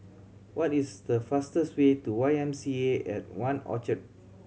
what is the fastest way to Y M C A at One Orchard